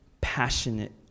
passionate